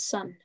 Son